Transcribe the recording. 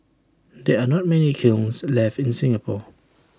there are not many kilns left in Singapore